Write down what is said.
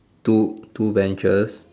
two two benches